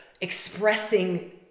expressing